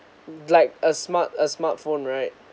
like a smart a smartphone right